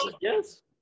Yes